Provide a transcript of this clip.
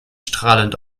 strahlend